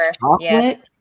chocolate